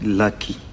lucky